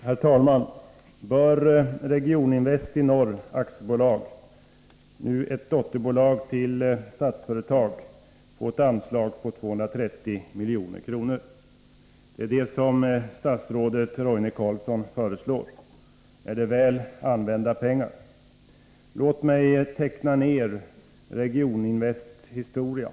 Herr talman! Bör Regioninvest i Norr AB, nu ett dotterbolag till Statsföretag, få ett anslag på 230 milj.kr.? Det är det som statsrådet Roine Carlsson föreslår. Är det väl använda pengar? Låt mig här få teckna ner Regioninvests historia.